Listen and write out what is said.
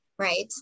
Right